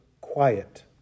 quiet